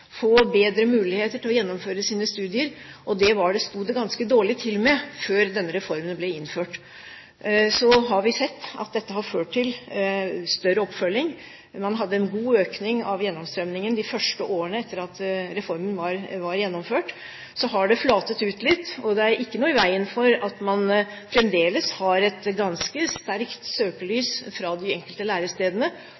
få bedre muligheter til å gjennomføre sine studier, og det stod det ganske dårlig til med før denne reformen ble innført. Så har vi sett at dette har ført til større oppfølging. Man hadde en god økning av gjennomstrømmingen de første årene etter at reformen var gjennomført, og så har det flatet ut litt. Det er ikke noe i veien for at man fremdeles fra de enkelte lærestedene har et ganske sterkt